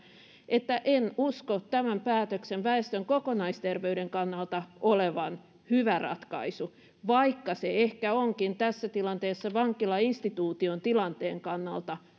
että en usko tämän päätöksen väestön kokonaisterveyden kannalta olevan hyvä ratkaisu vaikka se ehkä onkin tässä tilanteessa vankilainstituution tilanteen kannalta